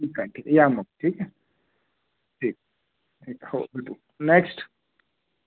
ठीक आहे ठीक या मग ठीक आहे ठीक ठीक हो नेक्स्ट